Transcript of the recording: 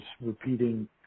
repeating